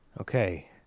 Okay